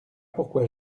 pourquoi